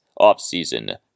offseason